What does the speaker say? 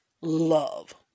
Love